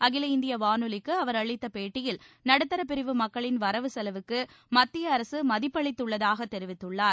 அகில இந்திய வானொலிக்கு அவர் அளித்த பேட்டியில் நடுத்தர பிரிவு மக்களின் வரவு செலவுக்கு மத்திய அரசு மதிப்பளித்துள்ளதாக தெரிவித்துள்ளார்